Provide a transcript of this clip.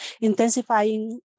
intensifying